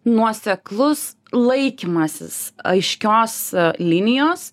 nuoseklus laikymasis aiškios linijos